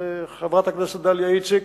וחברת הכנסת דליה איציק,